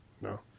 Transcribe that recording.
no